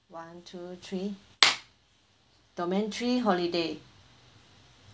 one two three domain three holiday